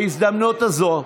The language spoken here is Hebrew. בהזדמנות הזו,